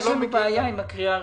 יש לנו בעיה עם הקריאה הראשונה.